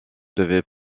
devait